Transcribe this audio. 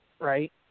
right